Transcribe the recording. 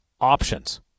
options